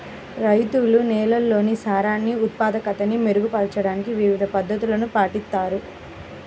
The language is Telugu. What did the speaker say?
రైతులు నేలల్లోని సారాన్ని ఉత్పాదకతని మెరుగుపరచడానికి వివిధ పద్ధతులను పాటిస్తారు